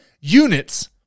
units